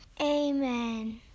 Amen